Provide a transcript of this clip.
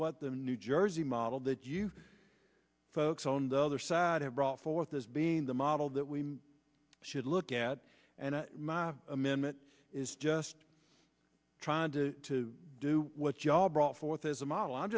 what the new jersey model that you folks on the other side have brought forth as being the model that we should look at and my amendment is just trying to do what job brought forth as a model i'm